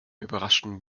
überraschten